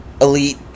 elite